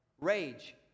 rage